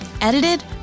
Edited